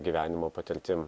gyvenimo patirtim